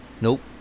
Nope